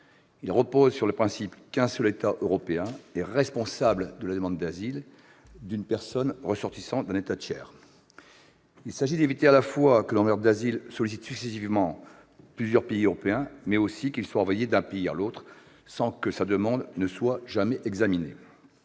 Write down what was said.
Il repose sur le principe qu'un seul État européen est responsable de la demande d'asile d'une personne ressortissante d'un État tiers. Il s'agit d'éviter à la fois que le demandeur d'asile ne sollicite successivement plusieurs pays européens, mais aussi qu'il ne soit renvoyé d'un pays à l'autre sans que sa demande soit jamais examinée.